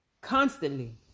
constantly